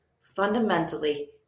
fundamentally